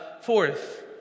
forth